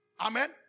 Amen